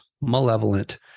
malevolent